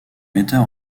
metteur